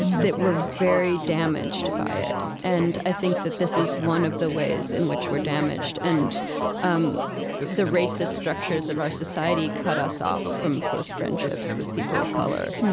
that we're very damaged by it. and i think that this is one of the ways in which we're damaged. and um the racist structures of our society cut us off from close friendships with people of color.